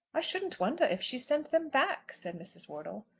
i shouldn't wonder if she sent them back, said mrs. wortle.